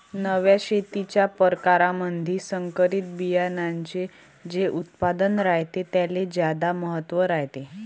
नव्या शेतीच्या परकारामंधी संकरित बियान्याचे जे उत्पादन रायते त्याले ज्यादा महत्त्व रायते